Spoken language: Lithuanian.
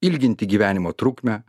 ilginti gyvenimo trukmę